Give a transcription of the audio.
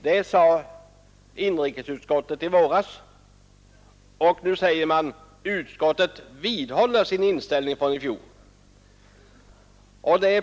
Det skrev inrikesutskottet i våras, och nu säger man att utskottet vidhåller sin inställning från i fjol.